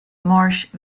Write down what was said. marsh